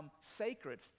sacred